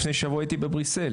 לפני שבוע הייתי בבריסל,